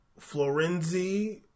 Florenzi